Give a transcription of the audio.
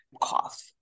cough